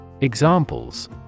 Examples